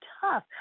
tough